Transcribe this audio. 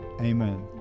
Amen